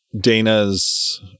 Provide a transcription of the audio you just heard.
Dana's